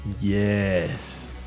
Yes